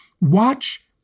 watch